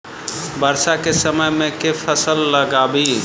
वर्षा केँ समय मे केँ फसल लगाबी?